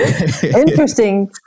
Interesting